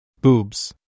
Boobs